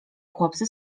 chłopcy